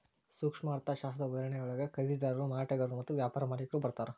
ಸೂಕ್ಷ್ಮ ಅರ್ಥಶಾಸ್ತ್ರದ ಉದಾಹರಣೆಯೊಳಗ ಖರೇದಿದಾರರು ಮಾರಾಟಗಾರರು ಮತ್ತ ವ್ಯಾಪಾರ ಮಾಲಿಕ್ರು ಬರ್ತಾರಾ